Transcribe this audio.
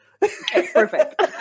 Perfect